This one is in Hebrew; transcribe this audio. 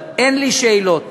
אבל אין לי שאלות